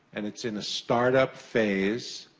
and it's in a startup phase.